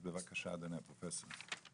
אז בבקשה, אדוני הפרופסור.